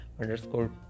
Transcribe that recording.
underscore